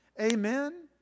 Amen